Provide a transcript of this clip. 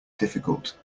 difficult